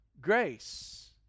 grace